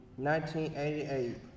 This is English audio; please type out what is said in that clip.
1988